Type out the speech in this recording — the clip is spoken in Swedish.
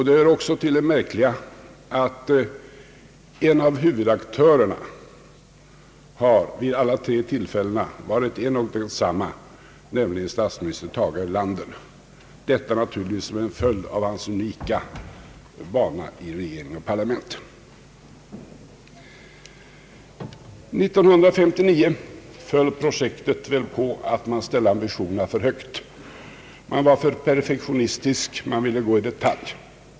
Det hör också till det märkliga att en av huvudaktörerna vid alla tre tillfällena varit densamme, nämligen statsminister Tage Erlander, naturligtvis som en följd av hans unika bana i regering och parlament. År 1959 föll projektet väl på att man ställde ambitionerna för högt. Man var för perfektionistisk, man ville gå i detalj.